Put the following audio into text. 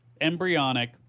embryonic